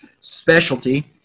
specialty